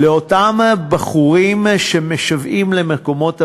לאותם הבחורים שמשוועים למקומות עבודה,